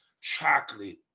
chocolate